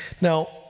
Now